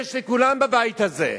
יש לכולם בבית הזה,